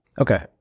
Okay